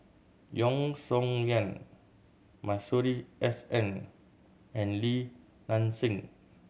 Yeo Song Nian Masuri S N and Li Nanxing